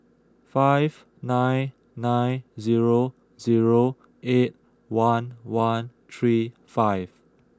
five nine nine zero zero eight one one three five